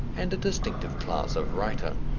and a distinctive class of writer.